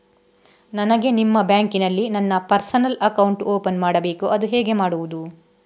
ನನಗೆ ನಿಮ್ಮ ಬ್ಯಾಂಕಿನಲ್ಲಿ ನನ್ನ ಪರ್ಸನಲ್ ಅಕೌಂಟ್ ಓಪನ್ ಮಾಡಬೇಕು ಅದು ಹೇಗೆ ಮಾಡುವುದು?